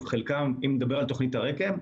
אם נדבר על תוכנית הרק"ם,